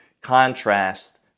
contrast